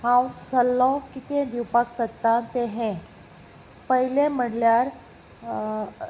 हांव सल्लो कितें दिवपाक सोदतां तें हें पयलें म्हळ्ळ्यार